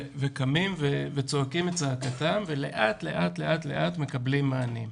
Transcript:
וקמים וצועקים את צעקתם, ולאט לאט מקבלים מענים.